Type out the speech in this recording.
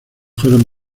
fueron